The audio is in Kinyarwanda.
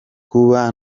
kuba